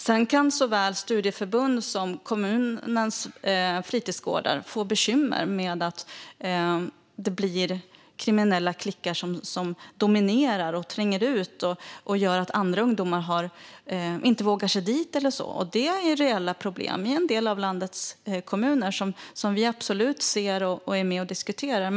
Sedan kan såväl studieförbund som kommunens fritidsgårdar få bekymmer med att det blir kriminella klickar som dominerar, tränger ut och gör att andra ungdomar inte vågar sig dit eller så. Det är reella problem i en del av landets kommuner som vi absolut ser och är med och diskuterar.